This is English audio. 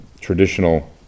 traditional